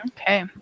Okay